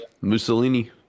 Mussolini